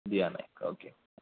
दिया नायक ओके